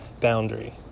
boundary